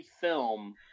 film